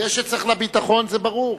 זה שצריך לביטחון זה ברור,